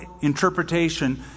interpretation